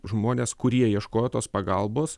žmonės kurie ieškojo tos pagalbos